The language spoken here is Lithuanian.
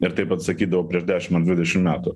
ir taip atsakydavo prieš dešim ar dvidešim metų